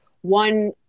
one